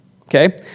Okay